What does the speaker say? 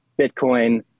Bitcoin